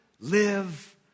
live